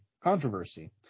controversy